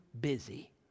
busy